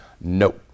No